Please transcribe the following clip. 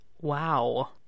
Wow